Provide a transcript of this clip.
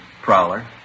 Prowler